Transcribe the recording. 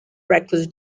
reckless